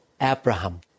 Abraham